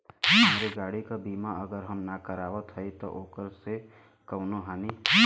हमरे गाड़ी क बीमा अगर हम ना करावत हई त ओकर से कवनों हानि?